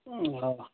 अँ